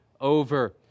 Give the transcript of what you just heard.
over